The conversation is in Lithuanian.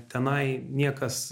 tenai niekas